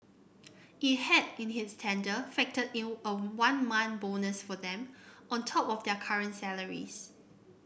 it had in its tender factor in a one month bonus for them on top of their current salaries